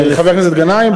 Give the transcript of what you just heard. חבר הכנסת גנאים,